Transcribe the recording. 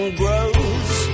grows